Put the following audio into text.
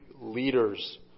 leaders